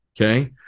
okay